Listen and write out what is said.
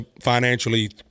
financially